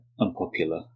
unpopular